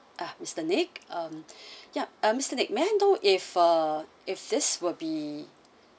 ah mister nick um yup uh mister nick may I know if uh if this will be